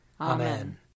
Amen